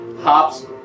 hops